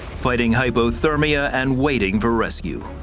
fighting hypothermia and waiting for rescue.